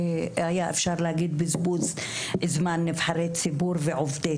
היה אפשר להגיד בזבוז זמן של נבחרי ציבור ועובדי